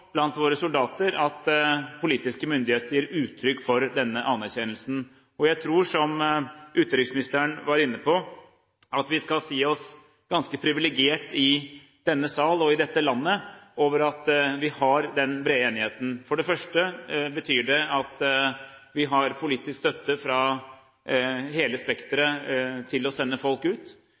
blant våre soldater at politiske myndigheter gir uttrykk for denne anerkjennelsen. Jeg tror, som utenriksministeren var inne på, at vi skal si oss ganske privilegerte i denne sal og i dette landet fordi vi har den brede enigheten. For det første betyr det at vi har politisk støtte fra hele spekteret til å sende folk ut.